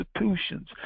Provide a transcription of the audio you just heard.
institutions